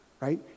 right